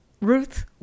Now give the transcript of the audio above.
Ruth